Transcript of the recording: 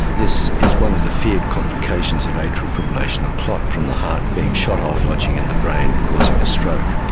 this is one of the feared complications of atrial fibrillation a clot from the heart being shot off, lodging in the brain, causing a stroke.